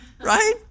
right